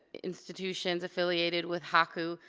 institutions, affiliated with haku.